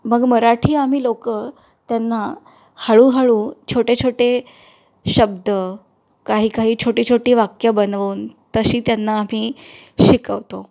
मग मराठी आम्ही लोकं त्यांना हळूहळू छोटे छोटे शब्द काही काही छोटे छोटे वाक्य बनवून तशी त्यांना आम्ही शिकवतो